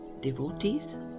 Devotees